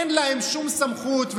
אין להם שום סמכות,